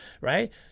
Right